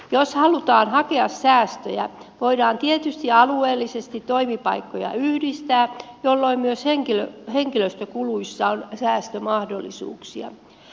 jos halutaan hakea säästöjä voidaan tietysti alueellisesti toimipaikkoja yhdistää jolloin myös henkilöstökuluissa on säästömahdollisuuksia